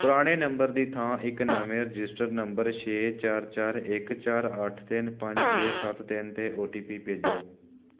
ਪੁਰਾਣੇ ਨੰਬਰ ਦੀ ਥਾਂ ਇੱਕ ਨਵੇਂ ਰਜਿਸਟਰਡ ਨੰਬਰ ਛੇ ਚਾਰ ਚਾਰ ਇੱਕ ਚਾਰ ਅੱਠ ਤਿੰਨ ਪੰਜ ਛੇ ਸੱਤ ਤਿੰਨ 'ਤੇ ਔ ਟੀ ਪੀ ਭੇਜੋ